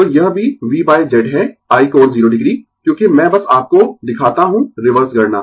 तो यह भी V Z है i कोण 0o क्योंकि मैं बस आपको दिखाता हूँ रिवर्स गणना